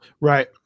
Right